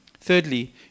Thirdly